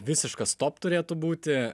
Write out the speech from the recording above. visiškas stop turėtų būti